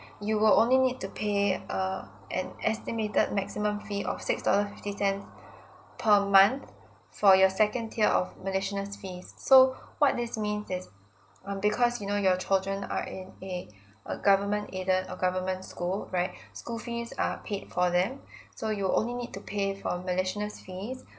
you would only need to pay uh an estimated maximum fee of six dollar fifty cents per month for your second tier of miscellaneous fees so what this means is um because you know your children are in a a government aided or government school right school fees are paid for them so you'd only need to pay for miscellaneous fees